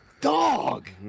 Dog